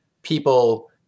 People